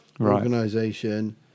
Organization